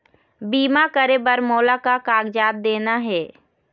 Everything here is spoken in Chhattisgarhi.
बीमा करे बर मोला का कागजात देना हे?